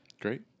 Great